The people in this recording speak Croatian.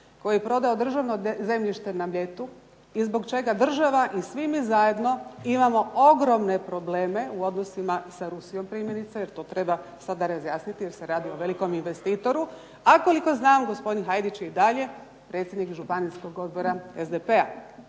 koji je prodao državno zemljište na Mljetu i zbog čega država i svi mi zajedno imamo ogromne probleme u odnosima sa Rusijom primjerice, jer to treba sada razjasniti jer se radi o velikom investitoru, a koliko znam gospodin Hajdić je i dalje predsjednik županijskog odbora SDP-a